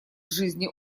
жизни